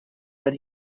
that